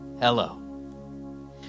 Hello